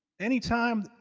Anytime